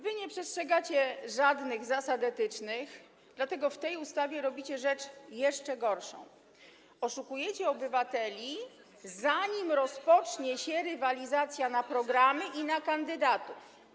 Wy nie przestrzegacie żadnych zasad etycznych, dlatego w tej ustawie robicie rzecz jeszcze gorszą - oszukujecie obywateli, zanim rozpocznie się rywalizacja na programy i na kandydatów.